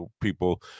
people